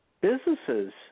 businesses